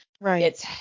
Right